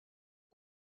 发展